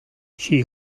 she